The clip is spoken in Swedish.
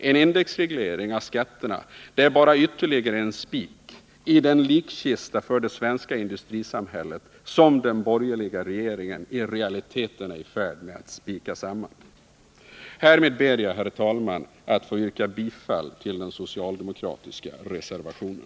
En indexreglering av skatterna är bara ytterligare en spik i den likkista för det svenska industrisamhället som den borgerliga regeringen i realiteten är i färd med att spika samman. Härmed ber jag, herr talman, att få yrka bifall till den socialdemokratiska reservationen.